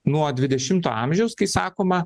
nuo dvidešimto amžiaus kai sakoma